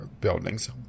buildings